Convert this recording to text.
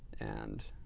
and